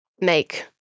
make